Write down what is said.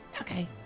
Okay